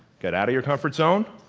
get out your comfort zone,